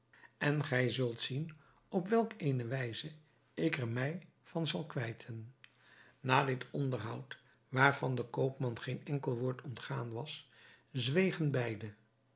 en gij zult zien op welk eene wijze ik er mij van zal kwijten na dit onderhoud waarvan den koopman geen enkel woord ontgaan was zwegen beide